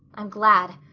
i'm glad.